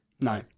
No